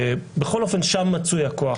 בכל אופן, שם מצוי הכוח.